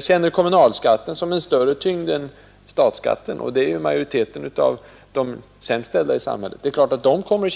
känner kommunalskatten som en större tyngd än statsskatten — och det gör majoriteten av de sämst ställda i samhället — att känna besvikelse.